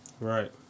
Right